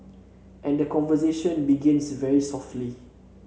and the conversation begins very softly